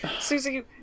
Susie